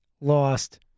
lost